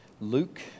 Luke